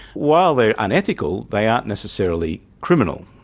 while they're unethical they aren't necessarily criminal.